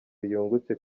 yungutse